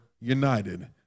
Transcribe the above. united